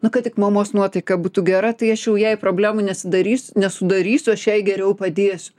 na kad tik mamos nuotaika būtų gera tai aš jau jai problemų nesidarys nesudarysiu aš jai geriau padėsiu